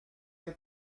you